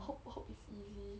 hope hope it's easy